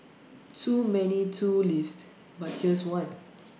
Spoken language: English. too many too list but here's one